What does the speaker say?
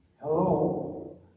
Hello